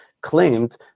claimed